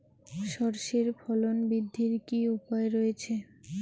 সর্ষের ফলন বৃদ্ধির কি উপায় রয়েছে?